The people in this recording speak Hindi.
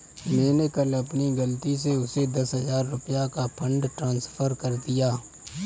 मैंने कल अपनी गलती से उसे दस हजार रुपया का फ़ंड ट्रांस्फर कर दिया